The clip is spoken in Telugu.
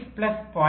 6 ప్లస్ 0